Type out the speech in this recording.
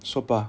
说吧